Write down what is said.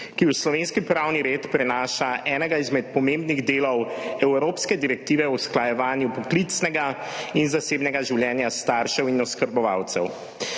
ki v slovenski pravni red prenaša enega izmed pomembnih delov evropske Direktive o usklajevanju poklicnega in zasebnega življenja staršev in oskrbovalcev.